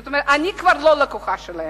זאת אומרת, אני כבר לא לקוחה שלהם.